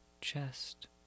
chest